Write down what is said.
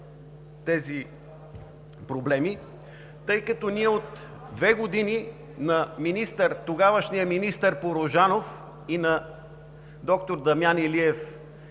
тези проблеми. От две години на тогавашния министър Порожанов и на доктор Дамян Илиев